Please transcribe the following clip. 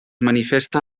manifesta